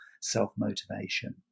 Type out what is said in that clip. self-motivation